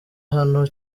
hano